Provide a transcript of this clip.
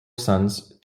sons